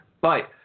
bye